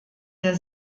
der